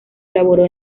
elaboró